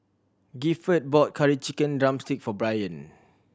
Gifford bought Curry Chicken drumstick for Brian